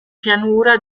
pianura